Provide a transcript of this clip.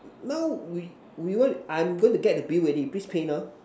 now we we will I'm gonna get the Bill already please pay now